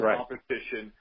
competition